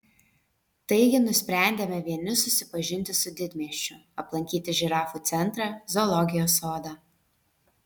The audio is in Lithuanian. taigi nusprendėme vieni susipažinti su didmiesčiu aplankyti žirafų centrą zoologijos sodą